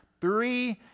Three